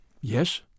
Yes